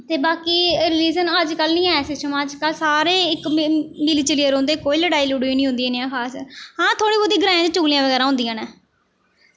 ते बाकी रीलिज़न अज्जकल निं ऐ सिस्टम अज्जकल सारे इक मिली जुलियै रौंह्दे कोई लड़ाई लड़ूई नेईं होंदी ऐ खास हां थोह्ड़ी ग्राएं बिच्च चुगलियां बगैरा होंदियां न